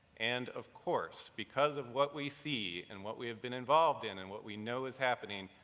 and, of course, because of what we see and what we have been involved in and what we know is happening,